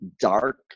dark